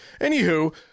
Anywho